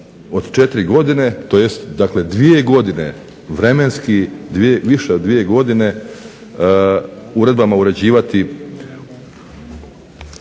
od četiri godine, tj. dakle dvije godine, vremenski više od dvije godine uredbama uređivati